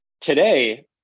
today